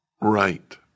Right